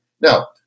Now